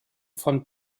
von